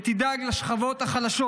ותדאג לשכבות החלשות.